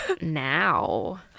now